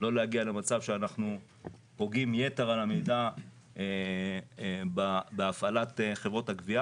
לא להגיע למצב שאנחנו פוגעים יתר על המידה בהפעלת חברות הגבייה